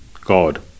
God